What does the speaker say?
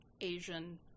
asian